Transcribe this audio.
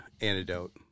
antidote